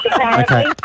Okay